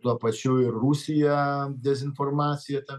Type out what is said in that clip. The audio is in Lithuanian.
tuo pačiu ir rusija dezinformaciją tą